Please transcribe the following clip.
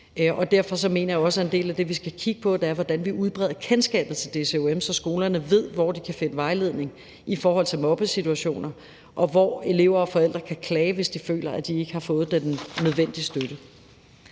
Derfor mener jeg også, at en del af det, vi skal kigge på, er, hvordan vi udbreder kendskabet til DCUM, så skolerne ved, hvor de kan finde vejledning i forhold til mobbesituationer, og hvor elever og forældre kan klage, hvis de føler, at de ikke har fået den nødvendige støtte.